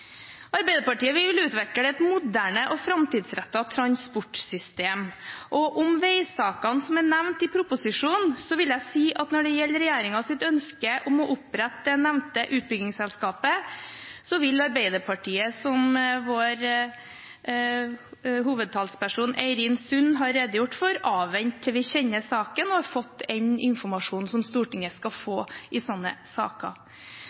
Arbeiderpartiet vil utvikle et moderne og framtidsrettet transportsystem. Om veisakene som er nevnt i proposisjonen, vil jeg si at når det gjelder regjeringens ønske om å opprette det nevnte utbyggingsselskapet, vil Arbeiderpartiet, som vår hovedtalsperson Eirin Sund har redegjort for, avvente til vi kjenner saken og har fått den informasjonen som Stortinget skal få i slike saker.